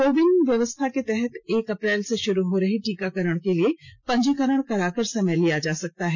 कोविन व्यवस्था के तहत एक अप्रैल से शुरू हो रहे टीकाकरण के लिए पंजीकरण कराकर समय लिया जा सकता है